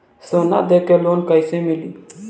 सोना दे के लोन कैसे मिली?